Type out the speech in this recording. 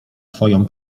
twoją